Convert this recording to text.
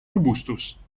robustus